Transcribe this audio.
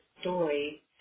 story